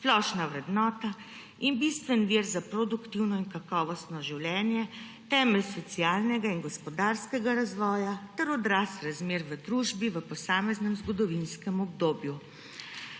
splošna vrednota in bistveni vir za produktivno in kakovostno življenje, temelj socialnega in gospodarskega razvoja ter odraz razmer v družbi v posameznem zgodovinskem obdobju.